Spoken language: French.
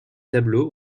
tableaux